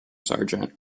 sergeant